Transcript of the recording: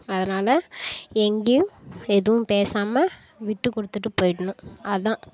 அதுனால் எங்கேயும் எதுவும் பேசாமல் விட்டு கொடுத்துட்டு போயிடணும் அதான்